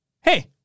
Hey